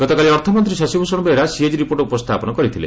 ଗତକାଲି ଅର୍ଥମର୍ତ୍ତୀ Shashibhushan Behera CAG report ଉପସ୍ଥାପନ କରିଥିଲେ